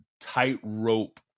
tightrope